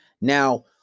Now